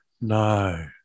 No